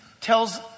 tells